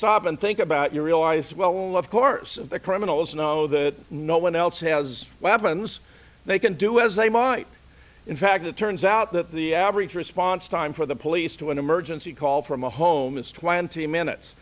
stop and think about you realize well of course the criminals know that no one else has weapons they can do as they might in fact it turns out that the average response time for the police to an emergency call from a home is twenty minutes